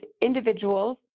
individuals